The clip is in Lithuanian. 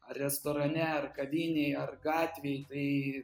ar restorane ar kavinėj ar gatvėj tai